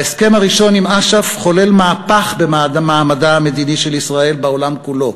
ההסכם הראשון עם אש"ף חולל מהפך במעמדה המדיני של ישראל בעולם כולו.